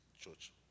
church